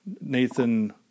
Nathan